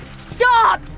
Stop